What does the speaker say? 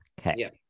Okay